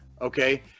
okay